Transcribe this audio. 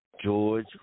George